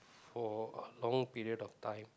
for a long period of time